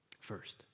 First